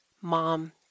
mom